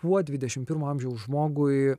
kuo dviderimt pirmo amžiaus žmogui